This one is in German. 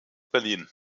berlin